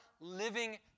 living